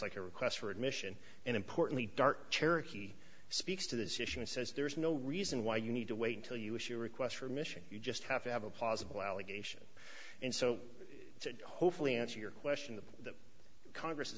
like a request for admission and importantly d'art cherokee speaks to this issue and says there is no reason why you need to wait until you issue requests for mission you just have to have a plausible allegation and so hopefully answer your question congress